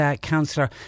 Councillor